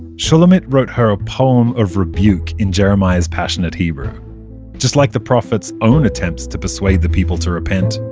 shulamit wrote her a poem of rebuke in jeremiah's passionate hebrew just like the prophet's own attempts to persuade the people to repent,